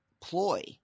Ploy